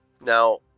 now